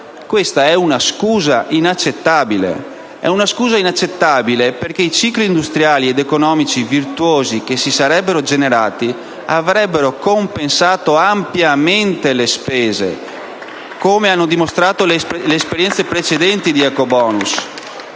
È una scusa inaccettabile, perché i cicli industriali ed economici virtuosi che si sarebbero generati avrebbero compensato ampiamente le spese *(Applausi dal Gruppo M5S)*, come hanno dimostrato le esperienze precedenti di ecobonus.